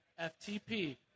FTP